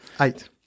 Eight